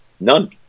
None